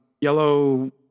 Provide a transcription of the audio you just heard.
yellow